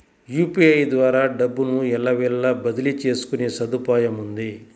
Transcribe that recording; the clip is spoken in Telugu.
యూపీఐ ద్వారా డబ్బును ఎల్లవేళలా బదిలీ చేసుకునే సదుపాయముంది